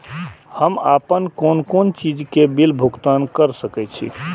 हम आपन कोन कोन चीज के बिल भुगतान कर सके छी?